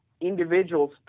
individuals